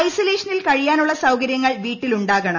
ഐസൊലേഷനിൽ കഴിയാനുള്ള സൌകര്യങ്ങൾ വീട്ടിലുണ്ടാകണം